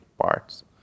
parts